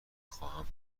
خواهم